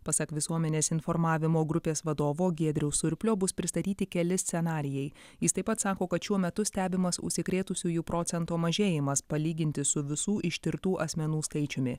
pasak visuomenės informavimo grupės vadovo giedriaus surplio bus pristatyti keli scenarijai jis taip pat sako kad šiuo metu stebimas užsikrėtusiųjų procento mažėjimas palyginti su visų ištirtų asmenų skaičiumi